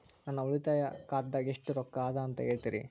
ನನ್ನ ಉಳಿತಾಯ ಖಾತಾದಾಗ ಎಷ್ಟ ರೊಕ್ಕ ಅದ ಅಂತ ಹೇಳ್ತೇರಿ?